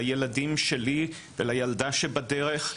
לילדים שלי ולילדה שבדרך,